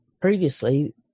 previously